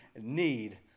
need